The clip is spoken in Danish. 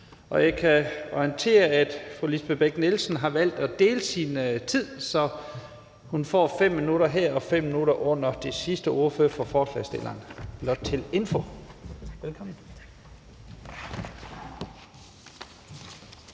jeg kan orientere om, at fru Lisbeth Bech-Nielsen har valgt at opdele sin tid, så hun får 5 minutter her og 5 minutter til sidst som ordfører for forslagsstillerne